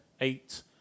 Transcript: eight